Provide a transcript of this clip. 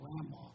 Grandma